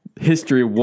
History